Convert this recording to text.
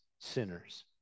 sinners